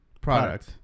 product